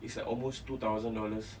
it's like almost two thousand dollars